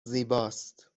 زیباست